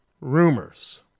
rumors